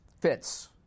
fits